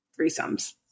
threesomes